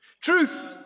truth